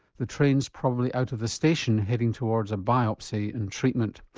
the train's probably out of the station heading towards a biopsy and treatment.